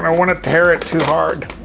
um wanna tear it too hard.